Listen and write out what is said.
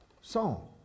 song